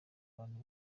abantu